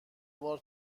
بار